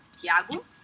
Tiago